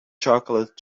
chocolate